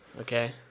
Okay